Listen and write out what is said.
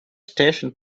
station